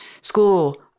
school